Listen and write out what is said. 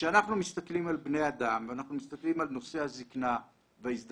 כשאנחנו מסתכלים על בני אדם ואנחנו מסתכלים על נושא הזקנה וההזדקנות,